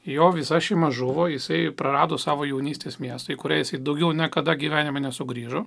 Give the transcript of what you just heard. jo visa šeima žuvo jisai prarado savo jaunystės miestui kuriais daugiau niekada gyvenime nesugrįžo